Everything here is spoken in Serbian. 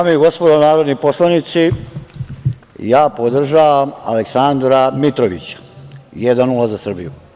Dame i gospodo narodni poslanici, ja podržavam Aleksandra Mitrovića, jedan nula za Srbiju.